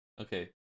Okay